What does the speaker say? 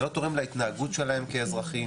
זה לא תורם להתנהגות שלהם כאזרחים,